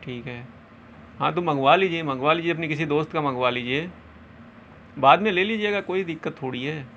ٹھیک ہے ہاں تو منگوا لیجیے منگوا لیجیے اپنے کسی دوست کا منگوا لیجیے بعد میں لے لیجیے گا کوئی دقت تھوڑی ہے